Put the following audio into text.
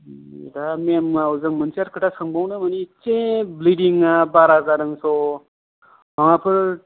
दा मेमनाव जों मोनसे खोथा सोंबावनो मानि इसे ब्लिदिं आ बारा जादों स' माबाफोर